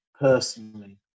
personally